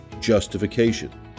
justification